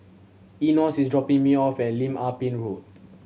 Enos is dropping me off at Lim Ah Pin Road